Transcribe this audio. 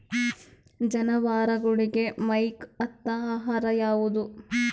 ಜಾನವಾರಗೊಳಿಗಿ ಮೈಗ್ ಹತ್ತ ಆಹಾರ ಯಾವುದು?